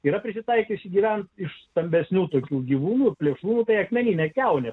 yra prisitaikę išgyventi iš stambesnių tokių gyvūnų plėšrūnų akmeninė kiaunė